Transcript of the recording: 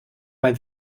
mal